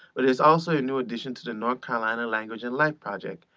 but it's also a new edition to the north carolina language and life project.